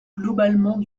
globalement